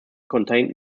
contained